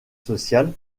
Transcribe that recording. social